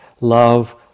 love